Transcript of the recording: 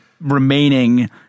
remaining